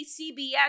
CBS